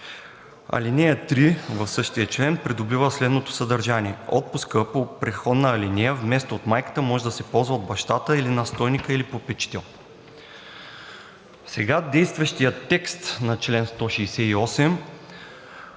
Алинея 3 в същия член придобива следното съдържание: „Отпускът по предходна алинея вместо от майката може да се ползва от бащата или настойника, или попечител.“ Сега действащият текст на чл. 168,